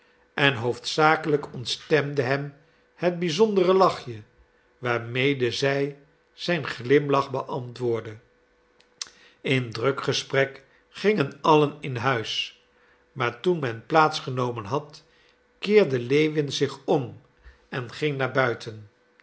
en hoofdzakelijk ontstemde hem het bizondere lachje waarmede zij zijn glimlach beantwoordde in druk gesprek gingen allen in huis maar toen men plaats genomen had keerde lewin zich om en ging naar buiten